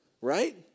right